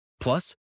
Plus